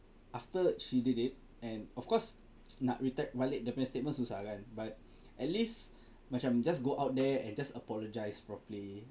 after she did it and of course nak return balik dia punya statement susah kan but at least macam just go out there and just apologize properly